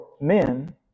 men